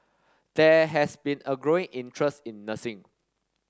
there has been a growing interest in nursing